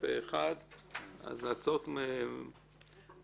פה אחד הבקשה למיזוג הצעת חוק המאבק הלאומי בצריכת זנות,